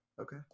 Okay